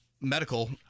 medical